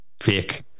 fake